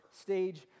stage